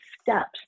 steps